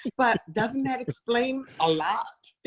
but doesn't that explain a lot?